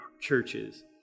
churches